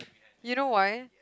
you know why